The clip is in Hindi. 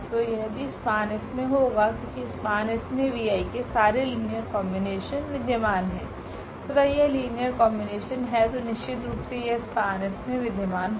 तो यह भी SPAN मे होगा क्योकि SPAN में vi के सारे लीनियर कॉम्बिनेशन विधमान है तथा यह लीनियर कॉम्बिनेशन है तो निश्चितरूप से यह SPAN मे विधमान हैं